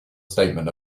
statement